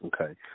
Okay